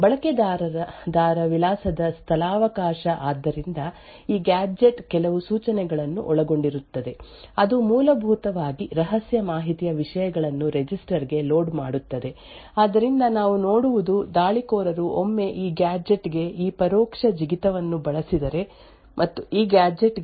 ಬಳಕೆದಾರ ವಿಳಾಸದ ಸ್ಥಳಾವಕಾಶ ಆದ್ದರಿಂದ ಈ ಗ್ಯಾಜೆಟ್ ಕೆಲವು ಸೂಚನೆಗಳನ್ನು ಒಳಗೊಂಡಿರುತ್ತದೆ ಅದು ಮೂಲಭೂತವಾಗಿ ರಹಸ್ಯ ಮಾಹಿತಿಯ ವಿಷಯಗಳನ್ನು ರಿಜಿಸ್ಟರ್ ಗೆ ಲೋಡ್ ಮಾಡುತ್ತದೆ ಆದ್ದರಿಂದ ನಾವು ನೋಡುವುದು ದಾಳಿಕೋರರು ಒಮ್ಮೆ ಈ ಗ್ಯಾಜೆಟ್ ಗೆ ಈ ಪರೋಕ್ಷ ಜಿಗಿತವನ್ನು ಬಳಸಿದರೆ ಮತ್ತು ಈ ಗ್ಯಾಜೆಟ್ ಗೆ ನಿರ್ಗಮನದಂತಹ ಸೂಚನೆಗಳಿವೆ ಅಥವಾ ಮತ್ತು ಅಂತಹ ಯಾವುದೋ ಒಂದು ಲೋಡ್ ಸೂಚನೆಯ ನಂತರ ಒಂದು ರಿಜಿಸ್ಟರ್ ನಲ್ಲಿ ರಹಸ್ಯ ಡೇಟಾ ವನ್ನು ಒಳಗೊಂಡಿರುತ್ತದೆ